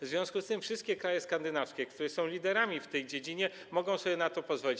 W związku z tym wszystkie kraje skandynawskie, które są liderami w tej dziedzinie, mogą sobie na to pozwolić.